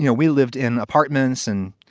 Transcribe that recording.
you know we lived in apartments and,